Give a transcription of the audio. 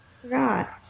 forgot